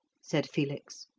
said felix.